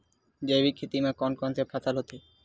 जैविक खेती म कोन कोन से फसल होथे?